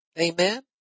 Amen